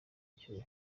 icyuho